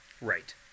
right